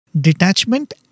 detachment